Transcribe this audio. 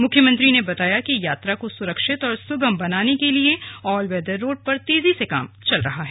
मुख्यमंत्री ने बताया कि यात्रा को सुरक्षित और सुगम बनाने के लिए ऑल वेदर रोड पर तेजी से काम चल रहा है